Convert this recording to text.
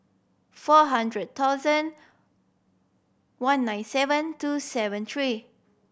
four hundred thousand one nine seven two seven three